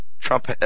Trump